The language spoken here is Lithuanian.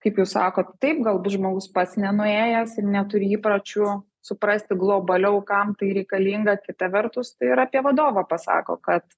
kaip jūs sakot taip galbūt žmogus pats nenuėjęs ir neturi įpročių suprasti globaliau kam tai reikalinga kita vertus tai ir apie vadovą pasako kad